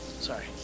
sorry